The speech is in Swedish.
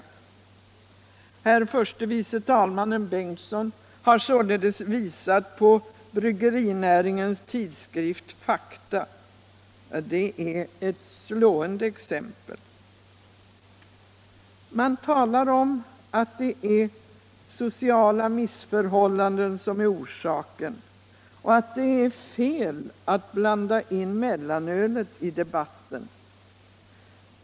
Herr förste vice talmannen Bengtson har visat på bryggerinäringens tidskrift Fakta — det är ett slående exempel. Man talar om att sociala missförhållanden är orsaken och att det är fel att blanda in mellanölet i debatten.